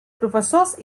professors